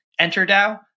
EnterDAO